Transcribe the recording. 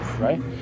right